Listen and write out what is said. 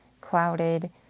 clouded